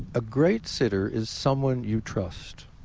a great sitter is someone you trust.